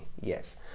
yes